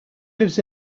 lives